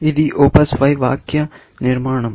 ఇది OPS 5 వాక్యనిర్మాణం